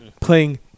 playing